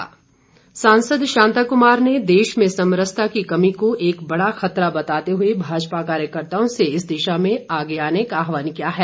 शांता कुमार सांसद शांता कुमार ने देश में समरसता की कमी को एक बड़ा खतरा बताते हुए भाजपा कार्यकर्ताओं से इस दिशा में आगे आने का आह्वान किया है